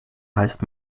heißt